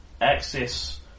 access